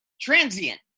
transient